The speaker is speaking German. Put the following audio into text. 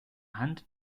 hand